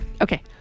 Okay